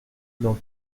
dans